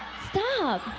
stop.